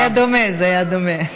זה היה דומה.